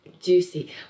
Juicy